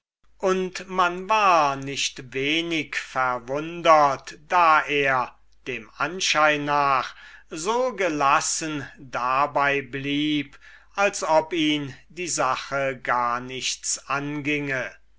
und man war nicht wenig verwundert da er dem anschein nach so gelassen dabei blieb als ob ihn die sache gar nichts anginge